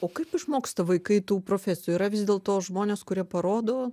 o kaip išmoksta vaikai tų profesijų yra vis dėl to žmonės kurie parodo